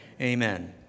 amen